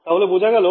তাহলে বোঝা গেলো